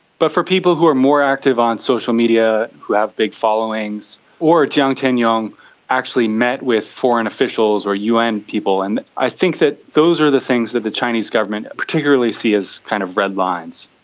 but for people who are more active on social media, who have big followings, or jiang tianyong actually met with foreign officials or un people, and i think that those are the things that the chinese government particularly see as kind of red lines.